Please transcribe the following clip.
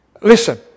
Listen